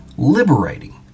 Liberating